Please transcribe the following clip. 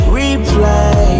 replay